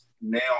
now